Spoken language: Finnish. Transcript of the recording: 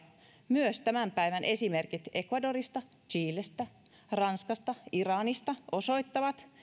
myös tämän päivän esimerkit ecuadorista chilestä ranskasta ja iranista osoittavat